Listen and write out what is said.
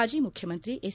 ಮಾಜಿ ಮುಖ್ಯಮಂತ್ರಿ ಎಸ್